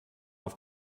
auf